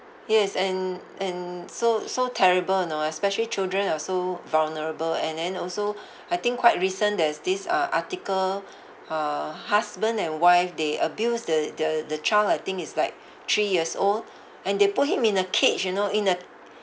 yes and and so so terrible you know especially children are so vulnerable and then also I think quite recent there's this uh article uh husband and wife they abuse the the the child I think is like three years old and they put him in a cage you know in a